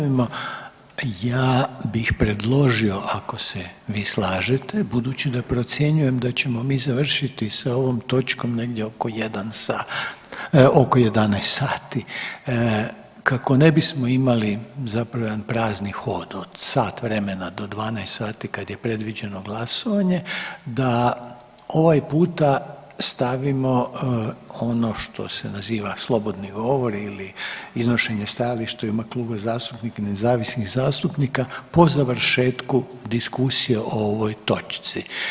Prije nego što nastavimo ja bih predložio ako se vi slažete budući da procjenjujem da ćemo mi završiti sa ovom točkom negdje oko 1 sat, oko 11 sati, kako ne bismo imali zapravo jedan prazni hod od sat vremena do 12 sati kad je predviđeno glasovanje, da ovaj puta stavimo ono što se naziva slobodni govori ili iznošenje stajališta u ime kluba zastupnika i nezavisnih zastupnika po završetku diskusije o ovoj točci.